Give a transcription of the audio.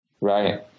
Right